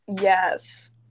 yes